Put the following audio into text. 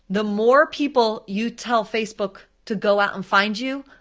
the more people you tell facebook to go out and find you,